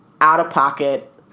out-of-pocket